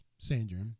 Sandrine